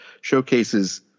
showcases